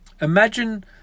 Imagine